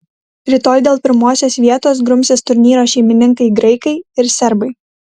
rytoj dėl pirmosios vietos grumsis turnyro šeimininkai graikai ir serbai